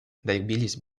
добились